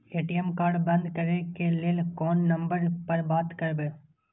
ATM card बंद करे के लेल कोन नंबर पर बात करबे?